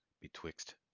betwixt